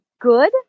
good